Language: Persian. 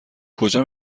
کجا